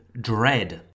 dread